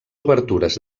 obertures